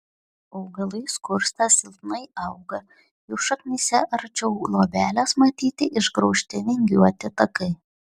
augalai skursta silpnai auga jų šaknyse arčiau luobelės matyti išgraužti vingiuoti takai